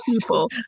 people